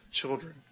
children